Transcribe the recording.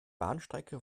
bahnstrecke